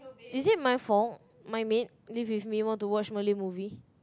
is it my fault my maid live with me want to watch Malay movie